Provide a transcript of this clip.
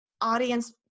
audience